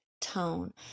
tone